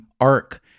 arc